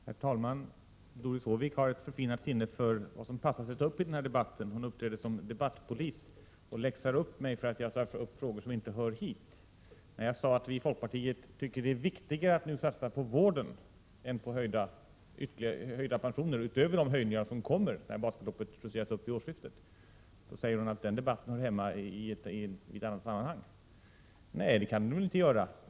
Herr talman! Doris Håvik har ett förfinat sinne för vad som passar sig att ta uppiden här debatten. Hon uppträder som debattpolis och läxar upp mig för att jag tar upp frågor som inte hör hit. Jag sade att vi i folkpartiet tycker att det är viktigare att nu satsa på vården än på höjda pensioner, utöver de höjningar som kommer när basbeloppet justeras upp vid årsskiftet. Doris Håvik anser att den debatten hör hemma i ett annat sammanhang. Nej, det kan den väl inte göra.